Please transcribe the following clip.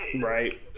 Right